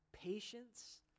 Patience